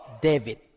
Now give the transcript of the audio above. David